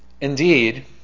Indeed